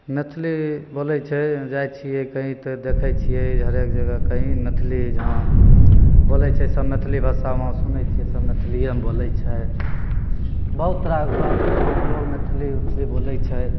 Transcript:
मैथिली बोलय छै जाइ छियै कहीं तऽ देखय छियै हरेक जगह कहीं मैथिली जहाँ बोलय छै सब मैथिली भाषामे सुनय छियै सब मैथलीयेमे बोलय छै बहुत तरहके मैथिली उथली बोलय छै